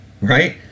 right